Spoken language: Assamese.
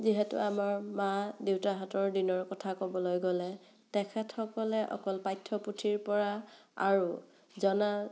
যিহেতু আমাৰ মা দেউতাহঁতৰ দিনৰ কথা ক'বলৈ গ'লে তেখেতসকলে অকল পাঠ্যপুথিৰ পৰা আৰু জনা